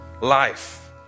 life